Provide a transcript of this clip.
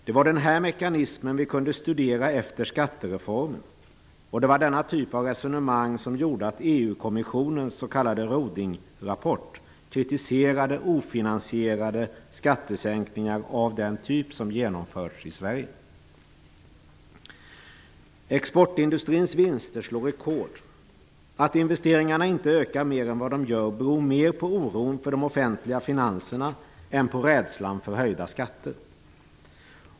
Det var denna mekanism som vi kunde studera efter skattereformen, och det var denna typ av resonemang som gjorde att EU kommissionens s.k. Rudingrapport kritiserade ofinansierade skattesänkningar av den typ som har genomförts i Sverige. Exportindustrins vinster slår rekord. Att investeringarna inte ökar mer än vad de gör beror mer på oron för de offentliga finanserna än på rädslan för höjda skatter.